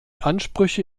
ansprüche